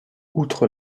outre